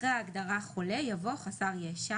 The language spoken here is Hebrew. אחרי ההגדרה חולה יבוא: ""חסר ישע"